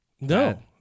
no